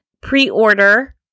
pre-order